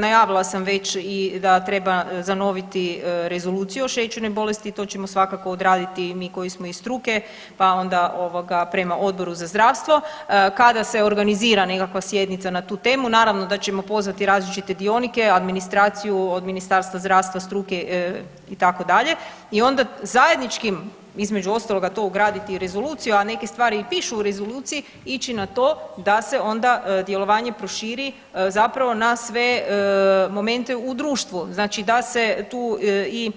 Najavila sam već i da treba zanoviti Rezoluciju o šećernoj bolesti, to ćemo svakako odraditi i mi koji smo iz struke, pa onda ovoga prema Odboru za zdravstvo kada se organizira nekakva sjednica na tu temu, naravno da ćemo pozvati različite dionike, administraciju, od Ministarstva zdravstva, struke itd. i onda zajedničkim između ostaloga to ugraditi i u rezoluciju, a neke stvari i pišu u rezoluciji ići na to da se onda djelovanje proširi zapravo na sve momente u društvu, znači da se tu i